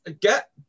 get